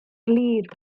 glir